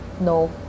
no